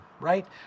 right